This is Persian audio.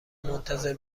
منتظر